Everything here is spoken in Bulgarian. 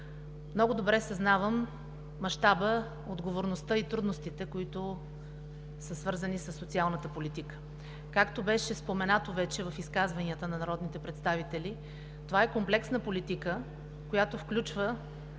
Много добре съзнавам мащаба, отговорността и трудностите, които са свързани със социалната политика. Както беше споменато вече в изказванията на народните представители, това е комплексна политика, която включва